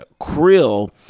krill